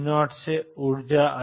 V0 से अधिक ऊर्जा